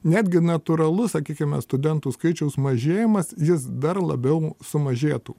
netgi natūralus sakykime studentų skaičiaus mažėjimas jis dar labiau sumažėtų